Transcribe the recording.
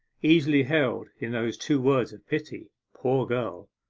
easily held in those two words of pity, poor girl!